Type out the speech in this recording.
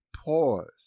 pause